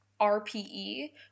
RPE